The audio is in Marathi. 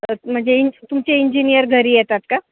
तर म्हणजे इं तुमचे इंजिनीयर घरी येतात का